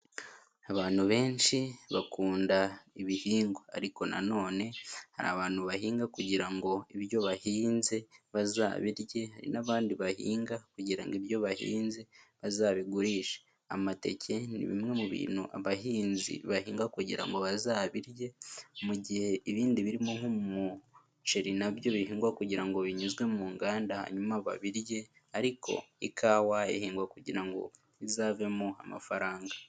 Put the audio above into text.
Abantu benshi bakunda ibihingwa, ariko nanone hari abantu bahinga kugira ngo ibyo bahinze bazabirye n'abandi bahinga kugira ibyo bahinze bazabigurishe. Amateke ni bimwe mu bintu abahinzi bahinga kugira ngo bazabirye, mu gihe ibindi birimo nk'umuceri nabyo bihingwa kugira ngo binyuzwe mu nganda hanyuma babirye, ariko ikawa ihingwa kugira ngo izavemo amafaranga.